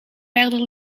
verder